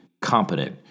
competent